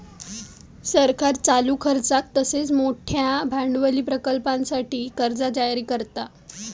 सरकार चालू खर्चाक तसेच मोठयो भांडवली प्रकल्पांसाठी कर्जा जारी करता